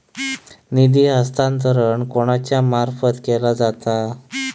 निधी हस्तांतरण कोणाच्या मार्फत केला जाता?